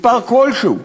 מספר כלשהו,